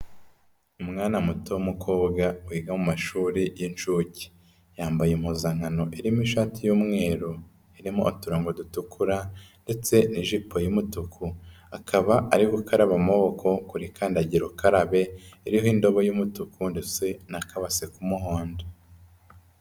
Umwana muto w'umukobwa wiga mu mashuri y'inshuke, yambaye impuzankano irimo ishati y'umweru, irimo uturongo dutukura ndetse n'iijipo y'umutuku, akaba ari gukaraba amaboko kuri kandagira ukarabe iriho indobo y'umutuku ndetse n'akabase k'umuhondo.